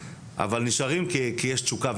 נותנים חסות לשיווק עשרות מיליונים.